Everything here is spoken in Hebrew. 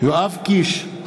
יואב קיש,